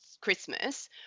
Christmas